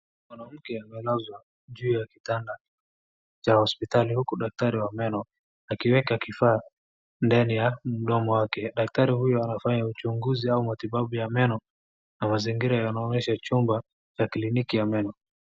Mwanamke amelazwa juu ya kitanda cha hospitali huku daktari wa meno akiweka kifaa ndani ya mdomo wake. Daktari huyo anafanya uchunguzi au matibabu ya meno na mazingira yanaonyesha chumba la kliniki ya meno.